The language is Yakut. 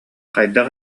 хайдах